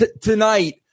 tonight